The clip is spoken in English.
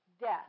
death